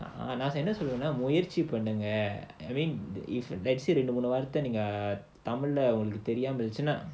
நான் சொல்வேனா முயற்சி பண்ணுங்க:naan solvaenaa muyarchi pannunga I mean the if let's say ரெண்டு மூணு வார்த்தை உங்களுக்கு தமிழ்ல தெரியாம போச்சுன்னா:rendu moonu vaartha ungalukku tamilla theriyaama pochunaa